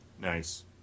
Nice